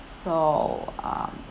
so um